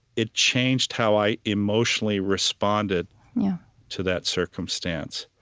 it changed how i emotionally responded to that circumstance.